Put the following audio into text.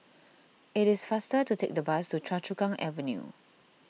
it is faster to take the bus to Choa Chu Kang Avenue